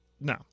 No